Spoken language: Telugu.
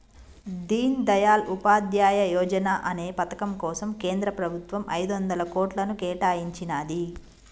దీన్ దయాళ్ ఉపాధ్యాయ యోజనా అనే పథకం కోసం కేంద్ర ప్రభుత్వం ఐదొందల కోట్లను కేటాయించినాది